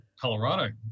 Colorado